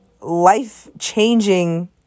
life-changing